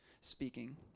speaking